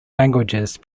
languages